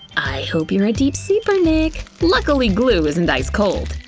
i hope you're a deep sleeper, nick! luckily glue isn't ice cold.